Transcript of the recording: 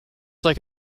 like